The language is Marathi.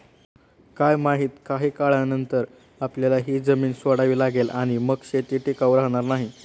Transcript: काय माहित, काही काळानंतर आपल्याला ही जमीन सोडावी लागेल आणि मग शेती टिकाऊ राहणार नाही